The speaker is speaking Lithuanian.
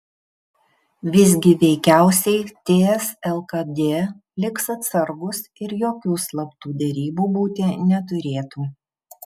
visgi veikiausiai ts lkd liks atsargūs ir jokių slaptų derybų būti neturėtų